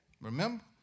Remember